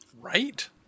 Right